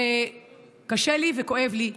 וקשה לי וכואב לי.